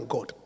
God